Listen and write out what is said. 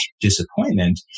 disappointment